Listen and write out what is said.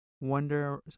wonder